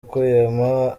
ukuyemo